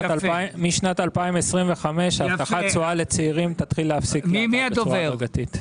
משנת 2005 הבטחת תשואה לצעירים תתחיל להפסיק בצורה הדרגתית.